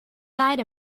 died